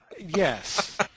Yes